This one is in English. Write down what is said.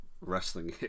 wrestling